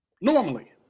Normally